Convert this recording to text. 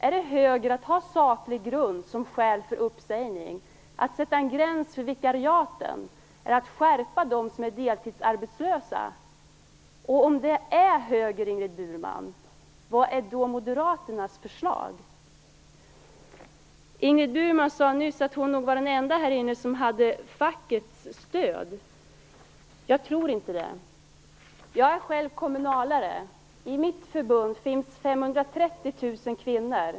Är det högerpolitik att ha saklig grund som skäl för uppsägning, att sätta en gräns för vikariaten eller att göra en skärpning för dem som är deltidsarbetslösa? Om det är högerpolitik, Ingrid Burman, vad är då Moderaternas förslag? Ingrid Burman sade nyss att hon nog var den enda här som har fackets stöd. Jag tror inte det. Jag är själv kommunalare. I mitt förbund finns 530 000 kvinnor.